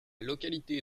localité